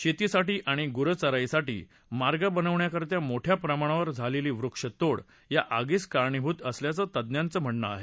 शेतीसाठी आणि गुरंचराईसाठी मार्ग बनवण्याकरिता मोठ्या प्रमाणावर झालेली वृक्षतोड या आगीस कारणीभूत असल्याचं तज्ञांचं म्हणणं आहे